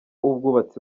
ubwubatsi